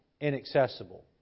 inaccessible